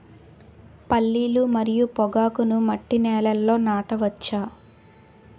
పల్లీలు మరియు పొగాకును మట్టి నేలల్లో నాట వచ్చా?